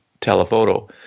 telephoto